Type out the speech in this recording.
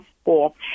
school